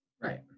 right